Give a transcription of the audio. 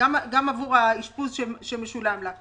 גם עבור האשפוז שמשולם לה.